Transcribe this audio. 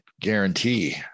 guarantee